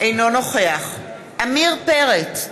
אינו נוכח עמיר פרץ,